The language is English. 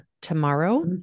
tomorrow